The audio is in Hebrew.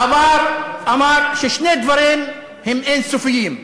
אמר ששני דברים הם אין-סופיים: